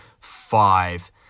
five